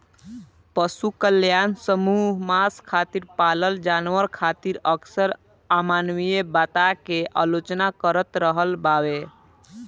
पशु कल्याण समूह मांस खातिर पालल जानवर खातिर अक्सर अमानवीय बता के आलोचना करत रहल बावे